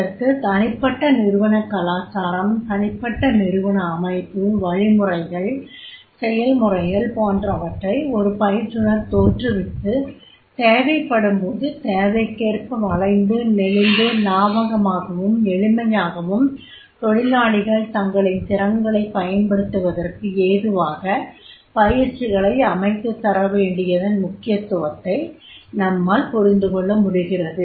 அதற்கு தனிப்பட்ட நிறுவனக் கலாச்சாரம் தனிப்பட்ட நிறுவன அமைப்பு வழிமுறைகள் செயல்முறைகள் போன்றவற்றை ஒரு பயிற்றுனர் தோற்றுவித்து தேவைப்படும்போது தேவைக்கேற்ப வளைந்து நெளிந்து லாவகமாகவும் எளிமையாகவும் தொழிலாளிகள் தங்களின் திறன்களைப் பயன்படுத்துவதற்கு ஏதுவாக பயிற்சிகளை அமைத்துத் தரவேண்டியதன் முக்கியத்துவத்தை நம்மால் புரிந்துகொள்ளமுடிகிறது